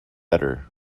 udder